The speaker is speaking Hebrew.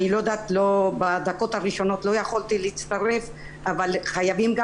בדקות הראשונות לא יכולתי להצטרף אבל חייבים גם